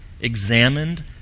examined